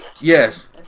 Yes